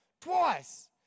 twice